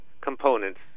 components